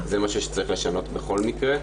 זה משהו שצריך לשנות בכל מקרה,